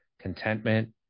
contentment